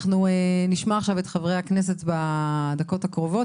אנחנו נשמע עכשיו את חברי הכנסת בדקות הקרובות,